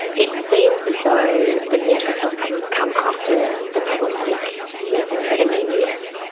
it seems as though the mental health problems come after the problematic methamphetamine use.